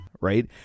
right